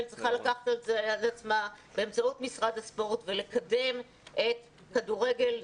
צריכה לקחת את זה על עצמה ולקדם את כדורגל הנשים.